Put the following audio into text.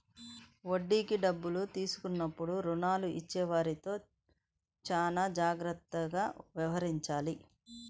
వడ్డీకి డబ్బులు తీసుకున్నప్పుడు రుణాలు ఇచ్చేవారితో చానా జాగ్రత్తగా వ్యవహరించాలి